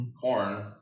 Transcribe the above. Corn